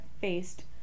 faced